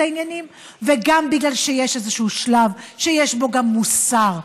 העניינים וגם בגלל שיש איזה שלב שיש בו גם מוסר.